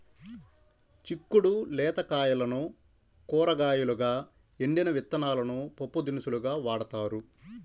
చిక్కుడు లేత కాయలను కూరగాయలుగా, ఎండిన విత్తనాలను పప్పుదినుసులుగా వాడతారు